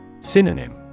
Synonym